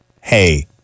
hey